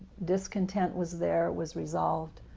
discontent was there was resolved.